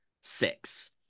six